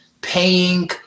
paying